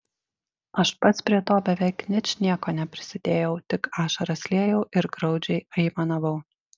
aš pats prie to beveik ničnieko neprisidėjau tik ašaras liejau ir graudžiai aimanavau